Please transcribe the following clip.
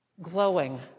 Glowing